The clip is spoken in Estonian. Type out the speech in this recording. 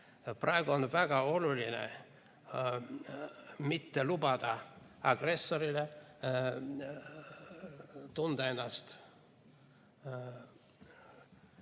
praegu on väga oluline mitte lubada agressoril tunda ennast